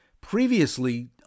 previously